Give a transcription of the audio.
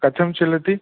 कथं चलति